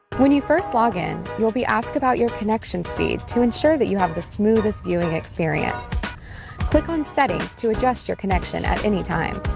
when you first log in you'll be asked about your connection speed to ensure that you have the smoothest viewing experience click on settings to adjust your connection at any time